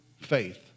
faith